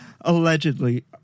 Allegedly